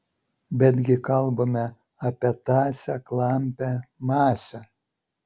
bet gi kalbame apie tąsią klampią masę